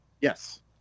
Yes